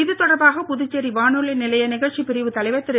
இது தொடர்பாக புதுச்சேரி வானொலி நிலைய நிகழ்ச்சி பிரிவு தலைவர் திரு